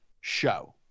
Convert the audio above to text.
show